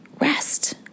rest